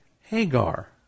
Hagar